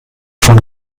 von